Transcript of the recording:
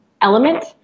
element